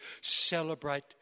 celebrate